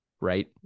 right